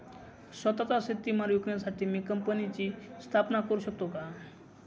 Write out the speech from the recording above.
स्वत:चा शेतीमाल विकण्यासाठी मी कंपनीची स्थापना करु शकतो का?